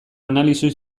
analisi